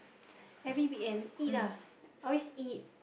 every weekend eat lah always eat